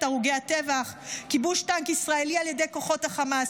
הרוגי הטבח וכיבוש טנק ישראלי על ידי כוחות החמאס,